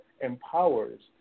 empowers